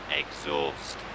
exhaust